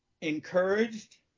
encouraged